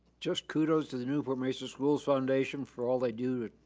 just kudos to the newport mesa schools foundation for all they do to